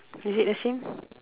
is it the same